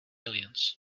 aliens